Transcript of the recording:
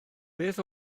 beth